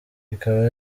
ikaba